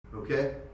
Okay